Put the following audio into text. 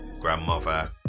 Grandmother